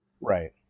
Right